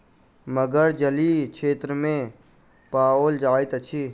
मगर जलीय क्षेत्र में पाओल जाइत अछि